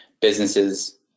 businesses